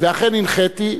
ואכן הנחיתי,